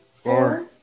four